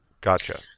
Gotcha